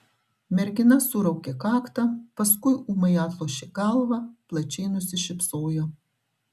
mergina suraukė kaktą paskui ūmai atlošė galvą plačiai nusišypsojo